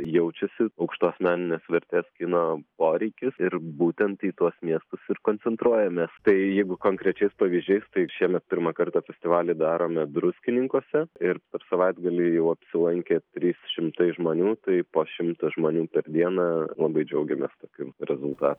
jaučiasi aukštos meninės vertės kino poreikis ir būtent į tuos miestus ir koncentruojamės tai jeigu konkrečiais pavyzdžiais tai šiemet pirmą kartą festivalį darome druskininkuose ir per savaitgalį jau apsilankė trys šimtai žmonių tai po šimtą žmonių per dieną labai džiaugiamės tokiu rezultatu